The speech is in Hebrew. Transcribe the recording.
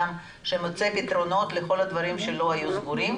הליך פשיטת רגל הוא לא מילת קוד להתחמקות מחובות,